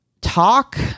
talk